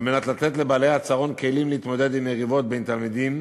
כדי לתת לבעלי הצהרון כלים להתמודד עם מריבות בין תלמידים